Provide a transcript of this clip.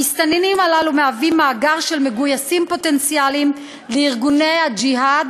המסתננים הללו מהווים מאגר של מגויסים פוטנציאליים לארגוני הג'יהאד